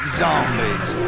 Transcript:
zombies